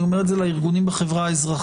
אני אומר את זה לארגונים בחברה האזרחית,